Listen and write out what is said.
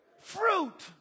Fruit